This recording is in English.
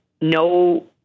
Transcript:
no